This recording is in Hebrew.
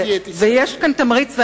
ויש כאן תמריץ כספי,